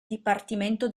dipartimento